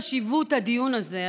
חשיבות הדיון הזה,